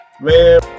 Man